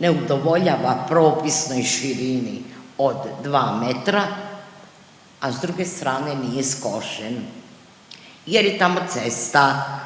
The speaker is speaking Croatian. ne udovoljava propisnoj širini od 2 m, a s druge strane nije skošen jer je tamo cesta.